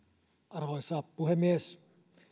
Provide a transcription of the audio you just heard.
arvoisa puhemies